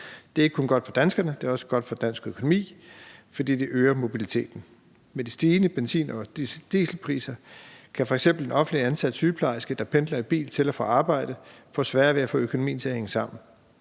Det er ikke kun godt for danskerne, det er også godt for dansk økonomi, for det øger mobiliteten. Med de stigende benzin- og dieselpriser kan f.eks. en offentligt ansat sygeplejerske, der pendler i bil til og fra arbejde, få sværere ved at få økonomien til at hænge sammen.